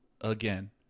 Again